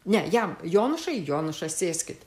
ne jam jonušai jonuša sėskit